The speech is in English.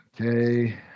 Okay